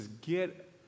get